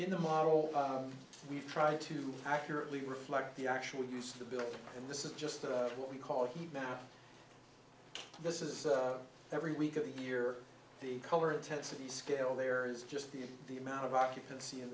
in the model we try to accurately reflect the actual use of the bill and this is just what we call heat now this is every week of the year the color intensity scale there is just the the amount of occupancy